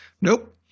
Nope